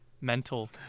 mental